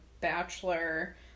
Bachelor